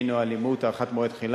מין או אלימות (תיקון מס' 2),